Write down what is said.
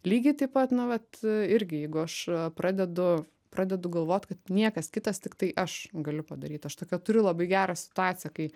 lygiai taip pat na vat irgi jeigu aš pradedu pradedu galvot kad niekas kitas tiktai aš galiu padaryt aš tokią turiu labai gerą situaciją kai